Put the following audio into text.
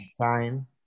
time